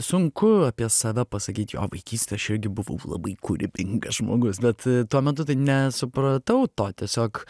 sunku apie save pasakyt jo vaikystėj aš irgi buvau labai kūrybingas žmogus bet tuo metu tai nesupratau to tiesiog